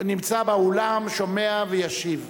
נמצא באולם, שומע וישיב.